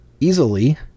Easily